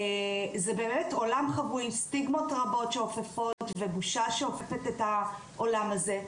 זה באמת עולם חבוי עם סטיגמות רבות שאופפות ובושה שאופפת את העולם הזה.